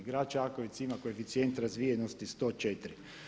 Grad Čakovec ima koeficijent razvijenost 104.